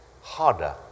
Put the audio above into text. harder